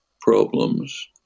Problems